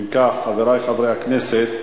אם כך, חברי חברי הכנסת,